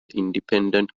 independent